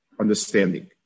understanding